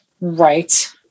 right